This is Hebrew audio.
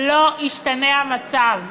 לא ישתנה המצב.